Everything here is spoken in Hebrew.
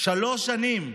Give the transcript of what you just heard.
שלוש שנים,